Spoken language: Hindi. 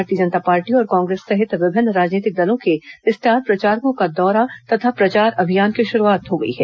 भारतीय जनता पार्टी और कांग्रेस सहित विभिन्न राजनीतिक दलों के स्टार प्रचारकों का दौरा तथा प्रचार अभियान भी शुरू हो गया है